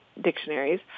dictionaries